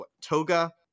Toga